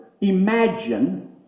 imagine